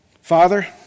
father